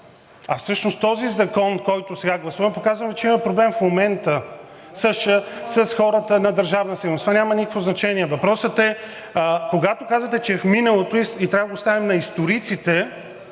а всъщност с този закон, който сега гласуваме, показваме, че има проблем в момента с хората на Държавна сигурност. Това няма никакво значение. Въпросът е, че когато казвате, че е в миналото и трябва да го оставим на историците,